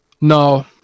No